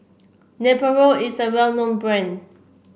Nepro is a well known brand